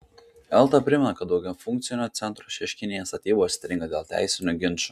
elta primena kad daugiafunkcio centro šeškinėje statybos stringa dėl teisinių ginčų